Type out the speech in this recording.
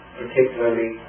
particularly